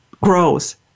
grows